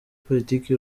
politiki